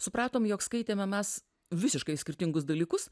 supratome jog skaitėme mes visiškai skirtingus dalykus